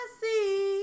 see